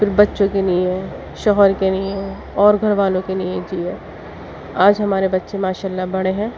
پھر بچّوں کے نیے شوہر کے نیے اور گھر والوں کے لیے جئیں آج ہمارے بچے ماشاء اللّہ بڑے ہیں